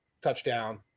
touchdown